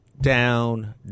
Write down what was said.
down